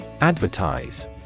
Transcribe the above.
Advertise